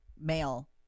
male